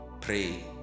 pray